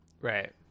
Right